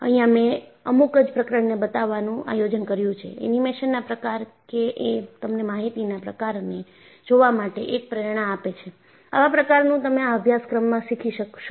અહિયાં મેં અમુક જ પ્રકરણને બતાવવાનું આયોજન કર્યું છે એનિમેશનના પ્રકાર કે એ તમને માહિતીના પ્રકારને જોવા માટે એક પ્રેરણા આપે છે આવા પ્રકાર નું તમે આ અભ્યાસક્રમમાં શીખી શકશો